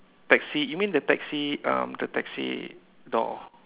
taxi you mean the taxi um the taxi door